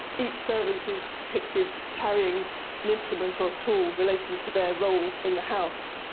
each servant is depicted carrying an implement or a tool relating to their role in the house.